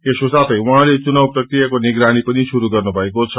यसको साथै उझँले चुनाव प्रक्रियाको निगरानी पनि श्रुरू गर्नुभएको छ